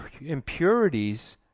impurities